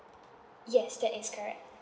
yes that is correct